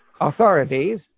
authorities